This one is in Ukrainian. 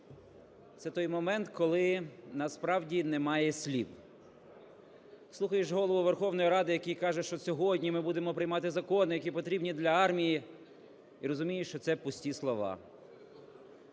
Це той момент, коли насправді немає слів. Слухаєш Голову Верховної Ради, який каже, що сьогодні ми будемо приймати закони, які потрібні для армії, і розумієш, що це пусті слова.